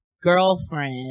girlfriend